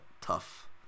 tough